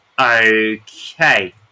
Okay